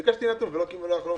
ביקשתי נתון ולא קיבלתי.